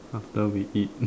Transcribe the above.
after we eat